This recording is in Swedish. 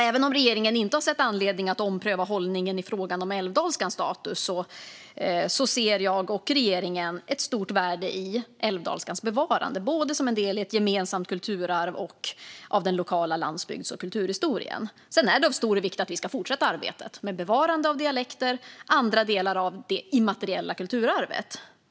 Även om regeringen inte har sett anledning att ompröva hållningen i fråga om älvdalskans status ser jag och regeringen ett stort värde i älvdalskans bevarande som en del av både ett gemensamt kulturarv och den lokala landsbygds och kulturhistorien. Sedan är det av stor vikt att vi fortsätter arbetet med bevarande av dialekter och andra delar av det immateriella kulturarvet.